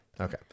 Okay